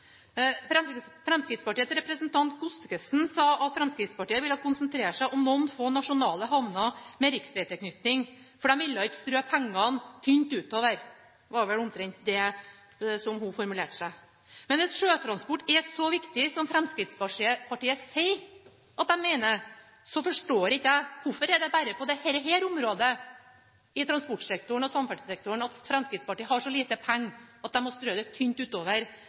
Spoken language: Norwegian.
representant Godskesen sa at Fremskrittspartiet ville konsentrere seg om noen få nasjonale havner med riksvegtilknytning, for de ville ikke strø pengene tynt utover. Det var vel omtrent slik hun formulerte seg. Men hvis sjøtransport er så viktig som Fremskrittspartiet sier de mener at den er, forstår ikke jeg hvorfor det bare er på dette området i transportsektoren og samferdselssektoren at Fremskrittspartiet har så lite penger at de må strø dem tynt utover,